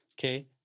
okay